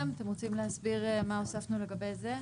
אתם רוצים להסביר מה התווסף לגבי זה?